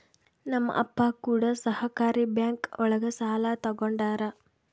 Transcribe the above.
ನಮ್ ಅಪ್ಪ ಕೂಡ ಸಹಕಾರಿ ಬ್ಯಾಂಕ್ ಒಳಗ ಸಾಲ ತಗೊಂಡಾರ